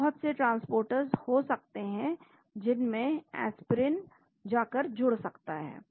तो बहुत से ट्रांसपोर्टर्स हो सकते हैं जिनमें एस्पिरिन जा कर जुड़ सकता है